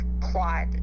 plot